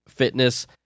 Fitness